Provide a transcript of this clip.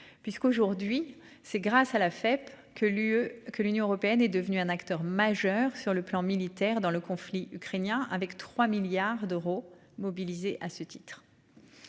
puisqu'aujourd'hui c'est grâce à la FEPS que l'UE que l'Union européenne est devenu un acteur majeur sur le plan militaire dans le conflit ukrainien. Avec 3 milliards d'euros mobilisé à ce titre.--